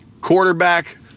quarterback